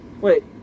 Wait